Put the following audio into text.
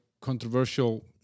controversial